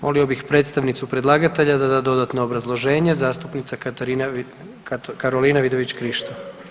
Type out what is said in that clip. Molio bih predstavnicu predlagatelja da da dodatno obrazloženje, zastupnika Karolina Vidović-Krišto.